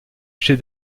chef